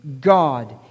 God